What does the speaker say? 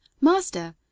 Master